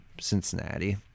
Cincinnati